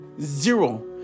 Zero